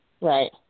right